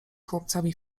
chłopcami